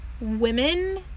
women